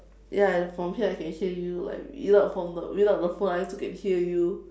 ya from here I can hear you like without from the without the phone I also can hear you